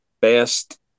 best